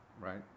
right